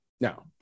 Now